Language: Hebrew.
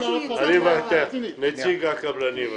אני מוותר, נציג הקבלנים בבקשה.